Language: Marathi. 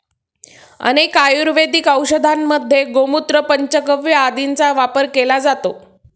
अनेक आयुर्वेदिक औषधांमध्ये गोमूत्र, पंचगव्य आदींचा वापर केला जातो